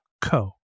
co